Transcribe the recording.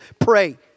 pray